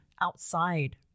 outside